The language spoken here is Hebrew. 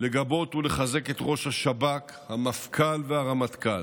לגבות ולחזק את ראש השב"כ, המפכ"ל והרמטכ"ל,